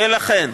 ולכן,